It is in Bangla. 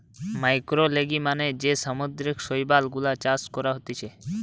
ম্যাক্রোলেগি মানে যে সামুদ্রিক শৈবাল গুলা চাষ করা হতিছে